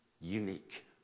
Unique